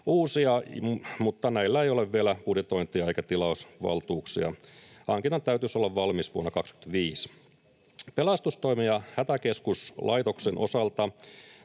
uusia, mutta näillä ei ole vielä budjetointia eikä tilausvaltuuksia. Hankinnan täytyisi olla valmis vuonna 25. Pelastustoimen ja Hätäkeskuslaitoksen osalta